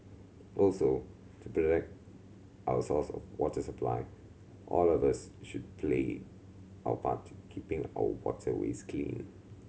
also to protect our source of water supply all of us should play our part keeping our waterways clean